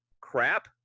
Crap